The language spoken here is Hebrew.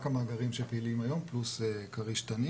המאגרים שהם פעילים היום פלוס כריש-תנין,